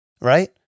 right